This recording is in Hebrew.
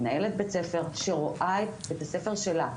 מנהלת בית ספר שרואה את בית הספר שלה,